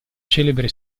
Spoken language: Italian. celebre